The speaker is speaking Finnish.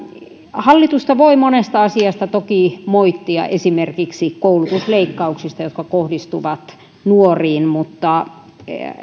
hallitusta voi monesta asiasta toki moittia esimerkiksi koulutusleikkauksista jotka kohdistuvat nuoriin mutta